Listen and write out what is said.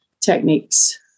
techniques